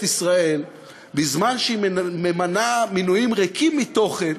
ישראל בזמן שהיא ממנה מינויים ריקים מתוכן